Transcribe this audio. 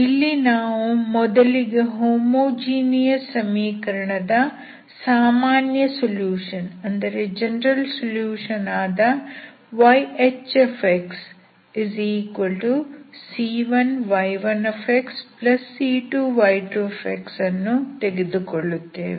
ಇಲ್ಲಿ ನಾವು ಮೊದಲಿಗೆ ಹೋಮೋಜಿನಿಯಸ್ ಸಮೀಕರಣದ ಸಾಮಾನ್ಯ ಸೊಲ್ಯೂಷನ್ ಆದ yHxc1y1c2y2 ಅನ್ನು ತೆಗೆದುಕೊಳ್ಳುತ್ತೇವೆ